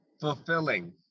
Fulfilling